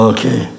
Okay